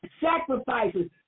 sacrifices